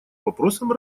вопросам